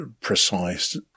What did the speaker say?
precise